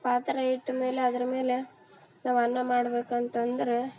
ಪಾತ್ರೆ ಇಟ್ಟ ಮೇಲೆ ಅದ್ರಮೇಲೆ ನಾವು ಅನ್ನ ಮಾಡ್ಬೇಕಂತಂದ್ರೆ